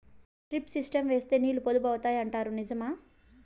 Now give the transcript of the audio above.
Drip system వేస్తే నీళ్లు పొదుపు అవుతాయి అంటారు నిజమా?